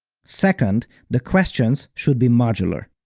second, the questions should be modular.